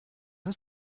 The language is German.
ist